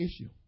issue